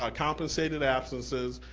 ah compensated absences,